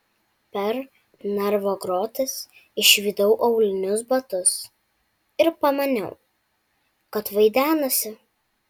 per narvo grotas išvydau aulinius batus ir pamaniau kad vaidenasi